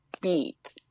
beat